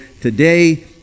Today